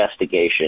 investigation